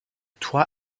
toit